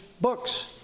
books